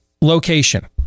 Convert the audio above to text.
location